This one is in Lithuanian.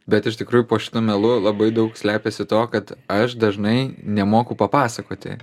bet iš tikrųjų po šitu melu labai daug slepiasi to kad aš dažnai nemoku papasakoti